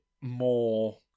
more